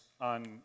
on